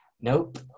nope